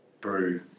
brew